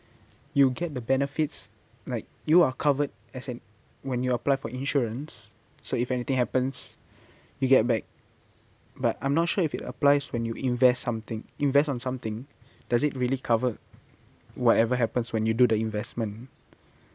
you get the benefits like you are covered as in when you apply for insurance so if anything happens you get back but I'm not sure if it applies when you invest something invest on something does it really cover whatever happens when you do the investment